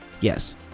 Yes